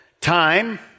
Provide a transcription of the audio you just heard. Time